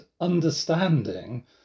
understanding